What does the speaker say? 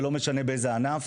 ולא משנה באיזה ענף,